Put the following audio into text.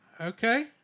okay